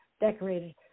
decorated